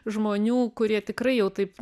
žmonių kurie tikrai jau taip